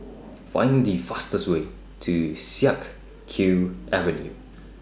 Find The fastest Way to Siak Kew Avenue